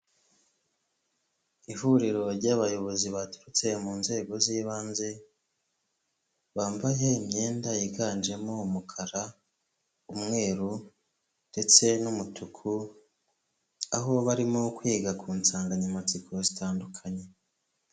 Ihuriro ry'abayobozi baturutse mu nzego z'ibanze bambaye imyenda yiganjemo umukara, umweru ndetse n'umutuku aho barimo kwiga ku nsanganyamatsiko zitandukanye.